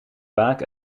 vaak